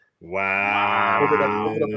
Wow